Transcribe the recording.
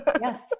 Yes